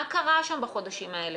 מה קרה שם בחודשים האלה?